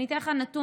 אני אתן לך נתון.